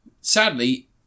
Sadly